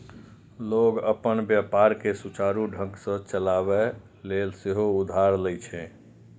लोग अपन व्यापार कें सुचारू ढंग सं चलाबै लेल सेहो उधार लए छै